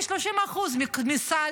כ-30% מסל